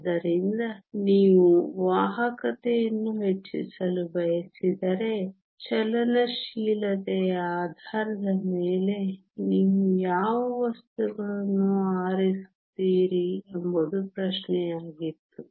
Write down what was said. ಆದ್ದರಿಂದ ನೀವು ವಾಹಕತೆಯನ್ನು ಹೆಚ್ಚಿಸಲು ಬಯಸಿದರೆ ಚಲನಶೀಲತೆಯ ಆಧಾರದ ಮೇಲೆ ನೀವು ಯಾವ ವಸ್ತುಗಳನ್ನು ಆರಿಸುತ್ತೀರಿ ಎಂಬುದು ಪ್ರಶ್ನೆಯಾಗಿತ್ತು